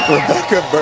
Rebecca